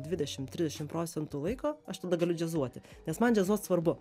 dvidešim trisdešim procentų laiko aš tada galiu džiazuoti nes man džiazuot svarbu